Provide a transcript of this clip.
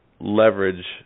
leverage